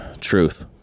Truth